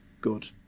good